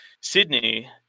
Sydney